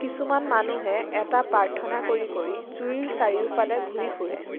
কিছুমান মানুহে এটা প্ৰাৰ্থনা কৰি কৰি জুইৰ চাৰিওফালে ঘূৰি ফুৰে